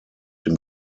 dem